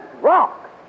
rock